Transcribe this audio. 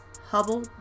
Hubble